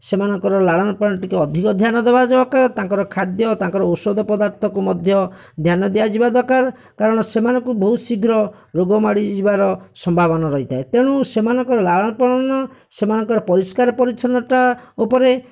ସେମାନଙ୍କର ଲାଳନ ପାଳନ ଟିକିଏ ଅଧିକ ଧ୍ୟାନ ଦେବା ଦରକାର ତାଙ୍କର ଖାଦ୍ୟ ତାଙ୍କର ଔଷଧ ପଦାର୍ଥକୁ ମଧ୍ୟ ଧ୍ୟାନ ଦିଆଯିବା ଦରକାର କାରଣ ସେମାନଙ୍କୁ ବହୁତ ଶୀଘ୍ର ରୋଗ ମାଡ଼ିଯିବାର ସମ୍ଭାବନା ରହିଥାଏ ତେଣୁ ସେମାନଙ୍କୁ ଲାଳନ ପାଳନ ସେମାନଙ୍କର ପରିଷ୍କାର ପରିଚ୍ଛନ୍ନତା ଉପରେ